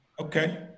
Okay